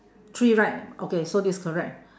three right okay so this is correct